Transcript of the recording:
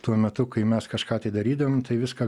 tuo metu kai mes kažką tai darydavom tai viską